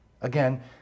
Again